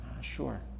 Sure